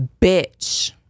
bitch